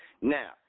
Now